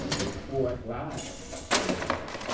with four at-large senators.